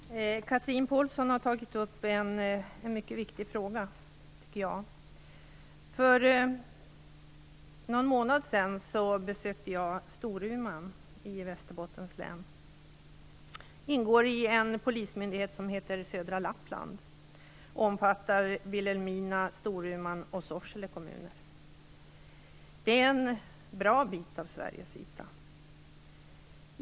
Fru talman! Chatrine Pålsson har tagit upp en mycket viktig fråga, tycker jag. För någon månad sedan besökte jag Storuman i Västerbottens län. Storuman ingår i Södra Lapplands polismyndighet som omfattar Vilhelmina, Storuman och Sorsele kommuner. Det utgör en stor del av Sveriges yta.